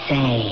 Say